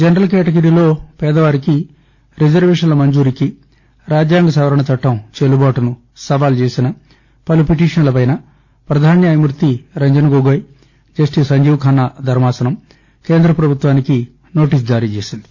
general కేటగిరీలో పేదవారికి రిజర్వేషన్ల మంజూరీకి రాజ్యాంగ సవరణ చట్టం చెల్లుబాటును సవాలు చేసిన పలు పిటిషన్లపైన పధాన న్యాయమూర్తి రంజన్ గొగోయ్ జస్టిస్ సంజీవ్ఖన్నా ధర్మాసనం కేంద్ర ప్రభుత్వానికి నోటీసు జారీ చేసింది